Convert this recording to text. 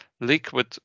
liquid